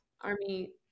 army